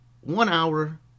one-hour